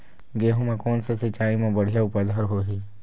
गेहूं म कोन से सिचाई म बड़िया उपज हर होही?